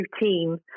routine